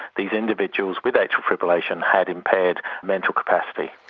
these individuals with atrial fibrillation had impaired mental capacity.